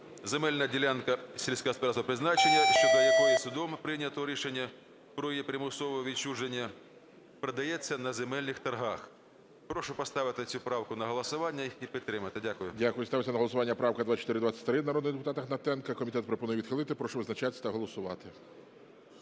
"Земельна ділянка сільськогосподарського призначення, щодо якої судом прийнято рішення про її примусове відчуження, продається на земельних торгах". Прошу поставити цю правку на голосування і підтримати. Дякую. ГОЛОВУЮЧИЙ. Дякую. Ставиться на голосування правка 2423, народний депутат Гнатенко. Комітет пропонує відхилити. Прошу визначатися та голосувати.